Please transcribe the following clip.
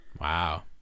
Wow